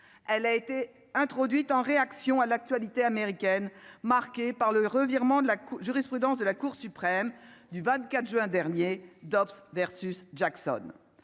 elle a été introduite en réaction à l'actualité américaine marquées par le revirement de la jurisprudence de la Cour suprême du 24 juin dernier d'Obs versus Jackson,